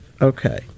Okay